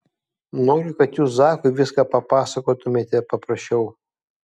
noriu kad jūs zakui viską papasakotumėte paprašiau